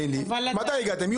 מתי הגעתם?